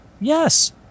Yes